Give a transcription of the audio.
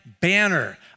banner